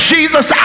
Jesus